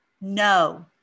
No